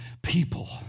People